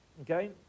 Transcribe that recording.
Okay